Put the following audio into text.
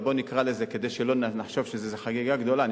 אבל כדי שלא נחשוב שזו איזו חגיגה גדולה,